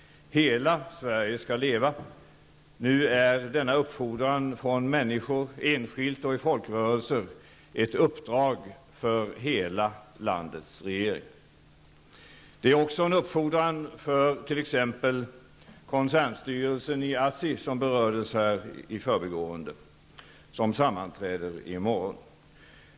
Hela Sverige skall leva! Nu är denna uppfordran från människor, enskilt och i folkrörelser, ett uppdrag för hela landets regering. Det är också en uppfordran till exempelvis koncernstyrelsen i ASSI, som berördes i förbigående och som sammanträder i morgon.